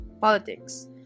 politics